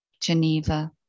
Geneva